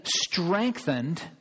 strengthened